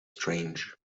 strange